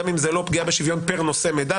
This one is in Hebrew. גם אם זה לא פגיעה בשוויון פר נושא מידע,